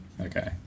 Okay